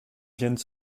viennent